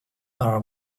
are